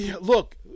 Look